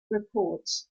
reports